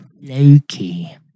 Loki